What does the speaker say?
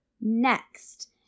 Next